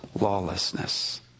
lawlessness